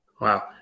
Wow